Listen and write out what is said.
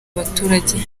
abaturage